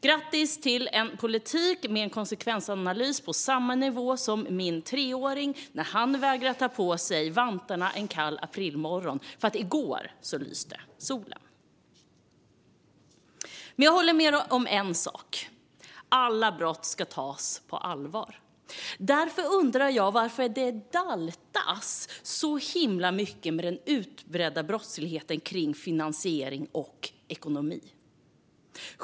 Grattis till en politik med en konsekvensanalys på samma nivå som min treåring när han vägrar att ta på sig vantarna en kall aprilmorgon för att solen lyste i går. Men jag håller med om en sak: Alla brott ska tas på allvar. Därför undrar jag varför det daltas så himla mycket med den utbredda brottsligheten kring finansiering och ekonomi.